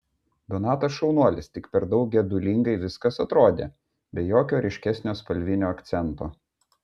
donatas šaunuolis tik per daug gedulingai viskas atrodė be jokio ryškesnio spalvinio akcento